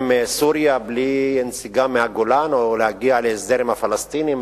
סוריה בלי נסיגה מהגולן או להגיע להסדר עם הפלסטינים